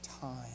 time